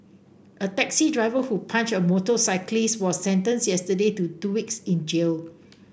a taxi driver who punched a motorcyclist was sentenced yesterday to two weeks in jail